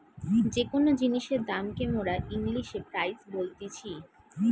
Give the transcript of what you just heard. যে কোন জিনিসের দাম কে মোরা ইংলিশে প্রাইস বলতিছি